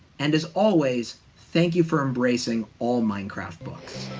and as always, thank you for embracing all minecraft books.